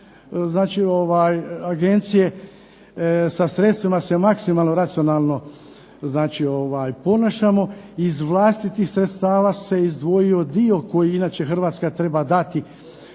trošak agencije, sa sredstvima se maksimalno racionalno ponašamo. Iz vlastitih sredstava sam izdvojio dio koji inače Hrvatska treba dati